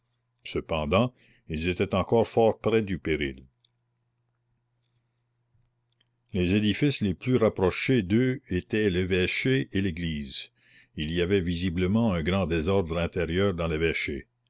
cependant ils étaient encore fort près du péril les édifices les plus rapprochés d'eux étaient l'évêché et l'église il y avait visiblement un grand désordre intérieur dans